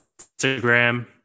Instagram